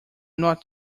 not